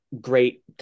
great